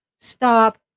Stop